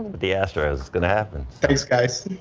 the asteroid is going to happen. thanks guys.